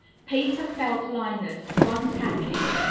paper felt liners, one package.